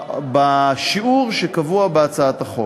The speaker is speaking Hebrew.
בשיעור שקבוע בהצעת החוק.